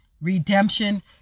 Redemption